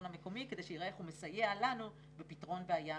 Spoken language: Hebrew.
המקומי כדי שיראה איך הוא מסייע לנו בפתרון בעיה